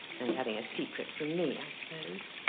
and having a secret from me. i suppose